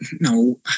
no